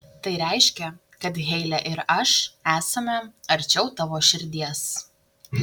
tai reiškia kad heile ir aš esame arčiau tavo širdies